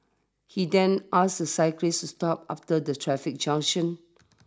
he then asked the cyclist to stop after the traffic junction